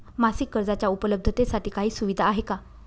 मासिक कर्जाच्या उपलब्धतेसाठी काही सुविधा आहे का?